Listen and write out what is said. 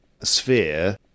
sphere